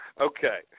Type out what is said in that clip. Okay